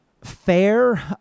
fair